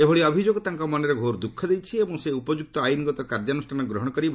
ଏଭଳି ଅଭିଯୋଗ ତାଙ୍କ ମନରେ ଘୋର ଦୁଃଖ ଦେଇଛି ଏବଂ ସେ ଉପଯୁକ୍ତ ଆଇନଗତ କାର୍ଯ୍ୟାନୁଷ୍ଠାନ ଗ୍ରହଣ କରିବେ